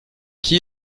qui